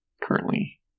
currently